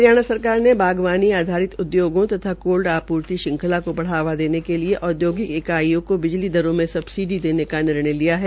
हरियाणा सरकार ने बागवानी आधारित उदयोगों तथा कोल्ड आपूर्ति श्रंखला को बढ़ावा देने के लिए औदयोगिक इकाईयों को बिजली दरों में सब्सिडी देने का बड़ा निर्णय लिया है